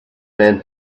man